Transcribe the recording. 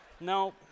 No